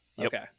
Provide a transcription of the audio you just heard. Okay